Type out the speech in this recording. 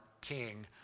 king